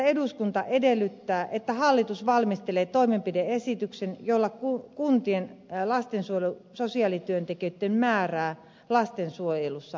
eduskunta edellyttää että hallitus valmistelee toimenpide esityksen jolla kuntien lastensuojelutyöntekijöiden määrää lastensuojelutyössä vahvistetaan